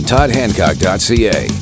ToddHancock.ca